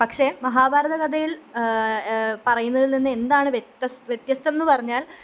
പക്ഷെ മഹാഭാരത കഥയില് പറയുന്നതില് നിന്നെന്താണ് വ്യത്യസ്തം വ്യത്യസ്തം എന്ന് പറഞ്ഞാല്